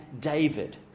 David